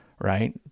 right